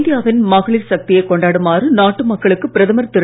இந்தியாவின் மகளிர் சக்தியைக் கொண்டாடுமாறு நாட்டு மக்களுக்கு பிரதமர் திரு